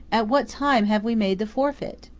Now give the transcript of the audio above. at what time have we made the forfeit?